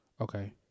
Okay